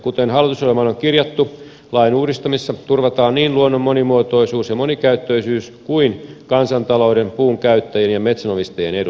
kuten hallitusohjelmaan on kirjattu lain uudistamisessa turvataan niin luonnon monimuotoisuus ja monikäyttöisyys kuin myös kansantalouden puunkäyttäjien ja metsänomistajien edut